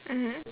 mmhmm